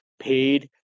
paid